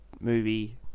movie